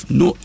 no